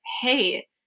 hey